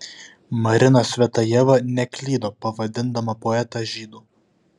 marina cvetajeva neklydo pavadindama poetą žydu